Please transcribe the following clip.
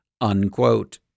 unquote